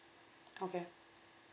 okay